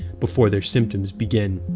before their symptoms begin.